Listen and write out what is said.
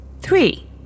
Three